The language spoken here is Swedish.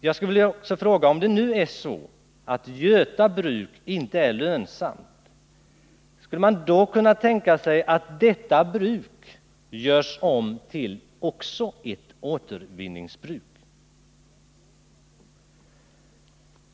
Jag skulle också vilja fråga: Om det nu är så att Göta bruk inte är lönsamt, kan man då tänka sig att detta bruk görs om till ytterligare ett återvinningsbruk?